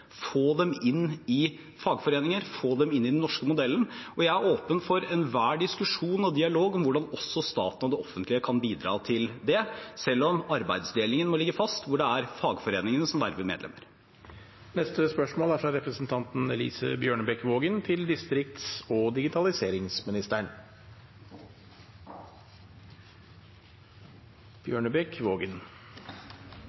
få dem inn i fagforeninger, få dem inn i den norske modellen. Jeg er åpen for enhver diskusjon og dialog om hvordan også staten og det offentlige kan bidra til det, selv om arbeidsdelingen må ligge fast, hvor det er fagforeningene som verver medlemmer. «Tall fra